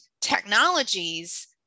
technologies